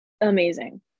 amazing